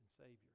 Savior